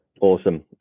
Awesome